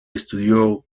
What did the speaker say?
estudió